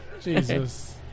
Jesus